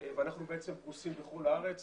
ואנחנו בעצם פרוסים בכל הארץ